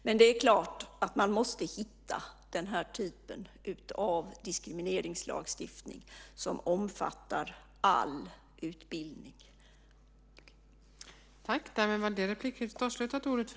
Men det är klart att man måste hitta en typ av diskrimineringslagstiftning som omfattar all utbildning.